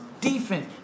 defense